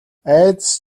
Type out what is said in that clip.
айдас